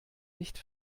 nicht